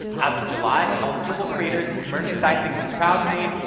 as of july, eligible creators merchandising with crowdmade,